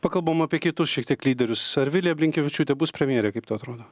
pakalbam apie kitus šiek tiek lyderius ar vilija blinkevičiūtė bus premjerė kaip tau atrodo